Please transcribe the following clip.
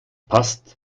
passt